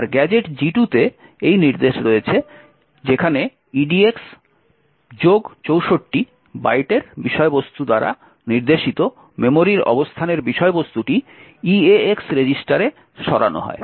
আর gadget G2 এ এই নির্দেশ রয়েছে যেখানে edx64 বাইটের বিষয়বস্তু দ্বারা নির্দেশিত মেমোরির অবস্থানের বিষয়বস্তুটি eax রেজিস্টারে সরানো হয়